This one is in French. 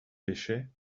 pêchait